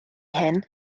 hyn